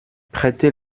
prêtez